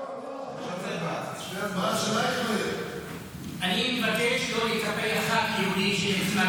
(הגבלת אפשרות לצוות על עיכוב יציאה מהארץ בשל חוב כספי נמוך),